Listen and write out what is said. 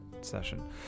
session